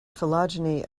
phylogeny